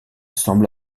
semble